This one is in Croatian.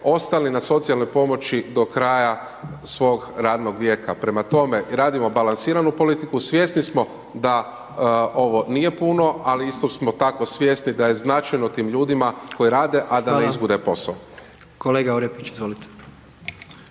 ostali na socijalnoj pomoći do kraja svog radnog vijeka. Prema tome, radimo balansiranu politiku, svjesni smo da ovo nije puno, ali isto tako smo svjesni da je značajno tim ljudima koji rade, a da ne izgube posao.